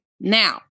Now